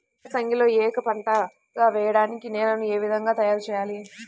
ఏసంగిలో ఏక పంటగ వెయడానికి నేలను ఏ విధముగా తయారుచేయాలి?